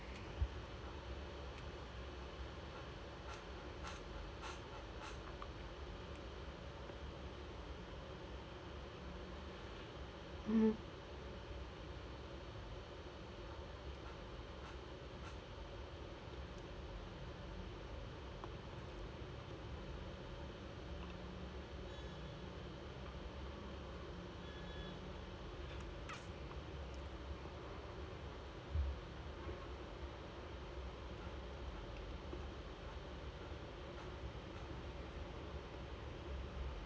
mmhmm